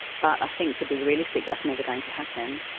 but i think to be realistic that's never going to happen,